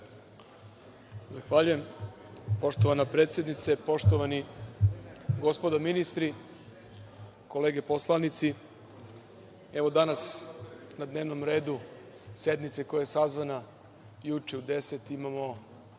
Zahvaljujem. Poštovana predsednice, poštovani gospodo ministri, kolege poslanici, evo danas na dnevnom redu sednice koja je sazvana juče u 10.00,